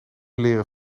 leren